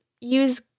use